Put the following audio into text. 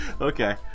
Okay